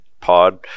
pod